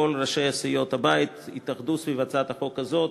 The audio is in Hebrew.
כל ראשי סיעות הבית התאחדו סביב הצעת החוק הזאת,